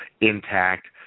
intact